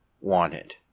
wanted